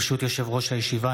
ברשות יושב-ראש הישיבה,